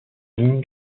ligne